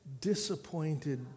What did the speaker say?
disappointed